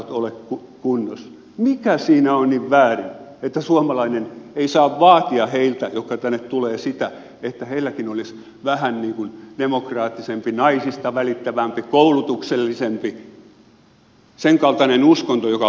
mikä siinä on niin väärin että suomalainen ei saa vaatia heiltä jotka tänne tulevat sitä että heilläkin olisi vähän niin kuin demokraattisempi naisista välittävämpi koulutuksellisempi sen kaltainen uskonto joka ottaa muut huomioon